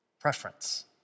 preference